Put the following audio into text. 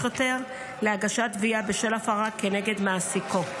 יותר להגשת תביעה בשל הפרה כנגד מעסיקו.